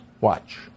Watch